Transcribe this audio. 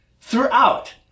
throughout